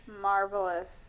Marvelous